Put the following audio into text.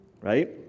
right